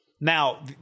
Now